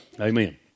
amen